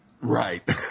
Right